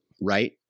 right